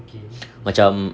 macam